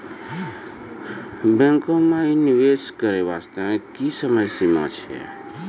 बैंको माई निवेश करे बास्ते की समय सीमा छै?